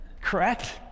correct